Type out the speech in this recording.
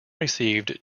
received